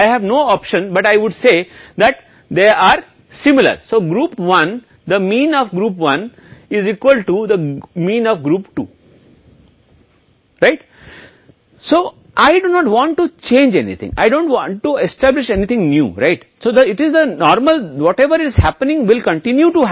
इसलिए मैं कुछ भी बदलना नहीं चाहता मैं कुछ नया स्थापित नहीं करना चाहता जो कुछ भी हो रहा है वह सामान्य है अशक्त परिकल्पना है इसलिए यह कहता है कि दोनों चर के बीच कोई सांख्यिकीय महत्व नहीं है वे समान हैं